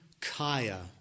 kaya